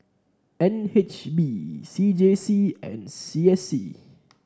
N H B C J C and C S C